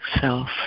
self